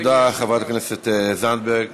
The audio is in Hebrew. תודה לחברת הכנסת לנדבר.